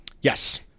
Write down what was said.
Yes